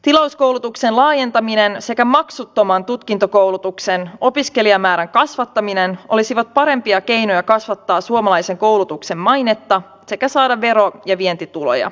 tilauskoulutuksen laajentaminen sekä maksuttoman tutkintokoulutuksen opiskelijamäärän kasvattaminen olisivat parempia keinoja kasvattaa suomalaisen koulutuksen mainetta sekä saada vero ja vientituloja